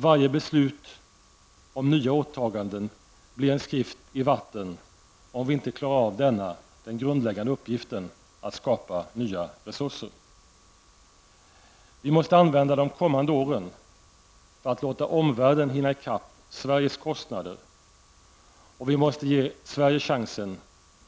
Varje beslut om nya åtaganden blir en skrift i vatten, om vi inte klarar av denna, den grundläggande uppgiften att skapa nya resurser. Vi måste använda de kommande åren för att låta omvärlden hinna i kapp Sveriges kostnader. Vi måste ge Sverige chansen